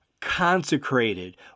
consecrated